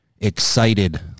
excited